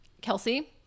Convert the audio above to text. Kelsey